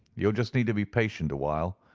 you'll just need to be patient awhile,